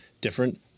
different